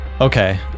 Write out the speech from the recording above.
Okay